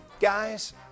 Guys